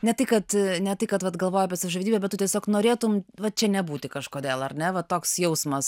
ne tai kad ne tai kad vat galvoji apie savižudybę bet tu tiesiog norėtum va čia nebūti kažkodėl ar ne va toks jausmas